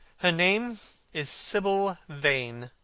her name is sibyl vane.